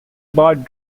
bard